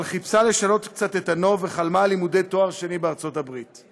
אבל חיפשה לשנות קצת את הנוף וחלמה על לימודי תואר שני בארצות הברית.